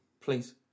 please